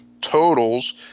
totals